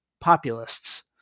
populists